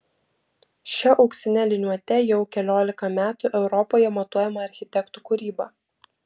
šia auksine liniuote jau keliolika metų europoje matuojama architektų kūryba